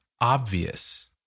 obvious